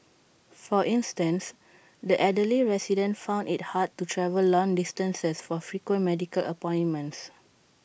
for instance the elderly residents found IT hard to travel long distances for frequent medical appointments